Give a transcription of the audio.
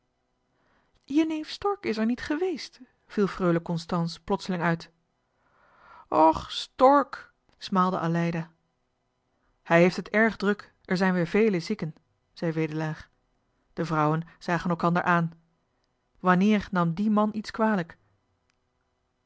je neef stork is er niet geweest viel freule constance plotseling uit och stork smaalde aleida hij heeft het erg druk er zijn weer vele zieken zei wedelaar de vrouwen zagen elkander aan wanneer nam die man iets kwalijk